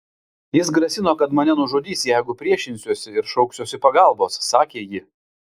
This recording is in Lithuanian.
jis grasino kad mane nužudys jeigu priešinsiuosi ir šauksiuosi pagalbos sakė ji